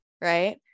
Right